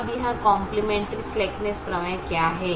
अब यह complementary slackness प्रमेय क्या है